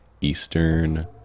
Eastern